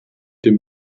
dem